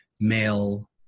male